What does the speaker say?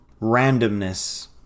randomness